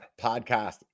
Podcast